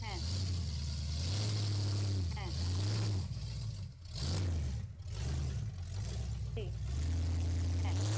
হ্যাঁ হ্যাঁ ঠিক হ্যাঁ